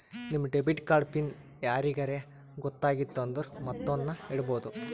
ನಿಮ್ debit card PIN ಯಾರಿಗರೇ ಗೊತ್ತಾಗಿತ್ತು ಅಂದುರ್ ಮತ್ತೊಂದ್ನು ಇಡ್ಬೋದು